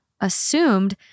assumed